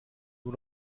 nur